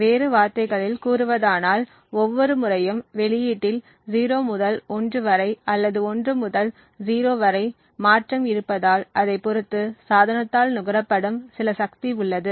வேறு வார்த்தைகளில் கூறுவதானால் ஒவ்வொரு முறையும் வெளியீட்டில் 0 முதல் 1 வரை அல்லது 1 முதல் 0 வரை மாற்றம் இருப்பதால் அதை பொறுத்து சாதனத்தால் நுகரப்படும் சில சக்தி உள்ளது